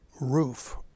roof